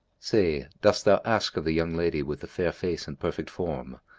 say, dost thou ask of the young lady with the fair face and perfect form?